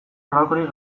halakorik